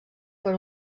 per